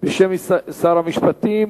בשם שר המשפטים